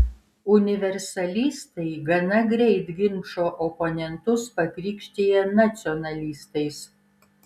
universalistai gana greit ginčo oponentus pakrikštija nacionalistais